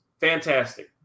fantastic